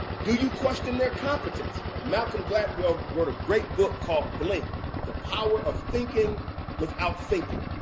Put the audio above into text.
do you question their competence? malcolm gladwell wrote a great book called blink the power of thinking without thinking,